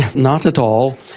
not at all.